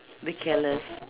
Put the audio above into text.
they careless